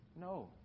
No